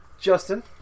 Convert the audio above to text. Justin